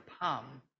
palm